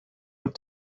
what